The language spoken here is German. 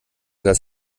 dass